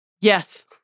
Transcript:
yes